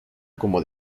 como